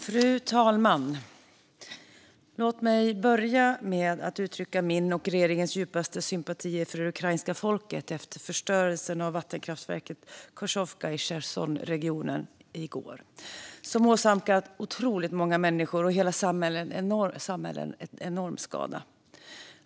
Fru talman! Låt mig börja med att uttrycka min och regeringens djupaste sympatier med det ukrainska folket efter förstörelsen av vattenkraftverket Kachovka i Chersonregionen i går som åsamkat otroligt många människor och hela samhällen enorm skada.